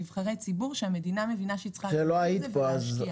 שלום בין ארץ המרכז לארץ הצפון והדרום.